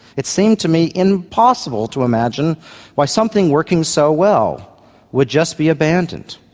it seemed to me impossible to imagine why something working so well would just be abandoned.